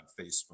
Facebook